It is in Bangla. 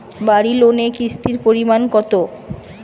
বাড়ি লোনে কিস্তির পরিমাণ কত?